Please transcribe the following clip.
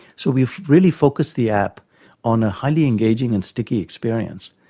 so we really focus the app on a highly engaging and sticky experience,